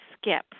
skip